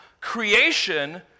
creation